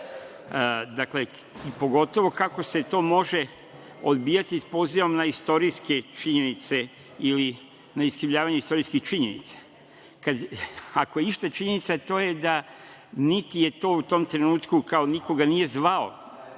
Dakle, i pogotovo kako se to može odbijati pozivom na istorijske činjenice ili na iskrivljavanje istorijskih činjenica. Ako je išta činjenica to je da, niti je to u tom trenutku, kao niko ga nije zvao